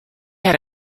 had